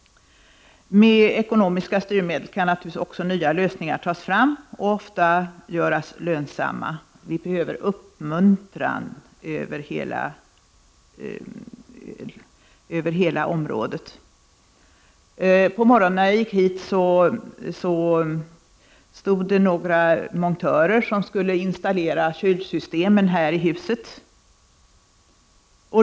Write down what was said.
Med hjälp av ekonomiska styrmedel kan naturligtvis också nya lösningar tas fram och ofta göras lönsamma. Vi behöver uppmuntran över hela området. När jag kom hit på morgonen såg jag några montörer som skulle installera kylsystem här i huset.